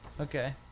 Okay